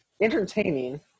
entertaining